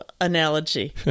analogy